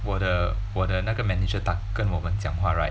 我的我的那个 manager 打跟我们讲话 right